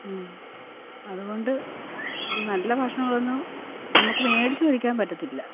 അതുകൊണ്ട് നല്ല ഭക്ഷണങ്ങളൊന്നും നമുക്ക് മേടിച്ച് കഴിക്കാന് പറ്റത്തില്ല